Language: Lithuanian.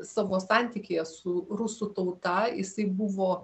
savo santykyje su rusų tauta jisai buvo